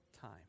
time